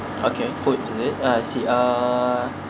okay food is it I see err